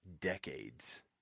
decades